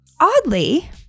oddly